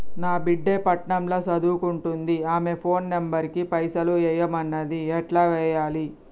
నా బిడ్డే పట్నం ల సదువుకుంటుంది ఆమె ఫోన్ నంబర్ కి పైసల్ ఎయ్యమన్నది ఎట్ల ఎయ్యాలి?